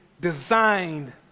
designed